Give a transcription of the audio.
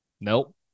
Nope